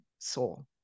soul